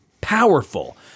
powerful